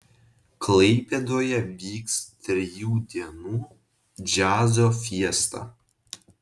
klaipėdoje vyks trijų dienų džiazo fiesta